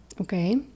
Okay